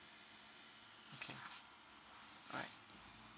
okay alright